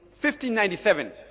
1597